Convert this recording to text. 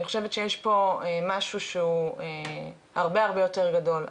אני חושבת שיש פה משהו הרבה יותר גדול.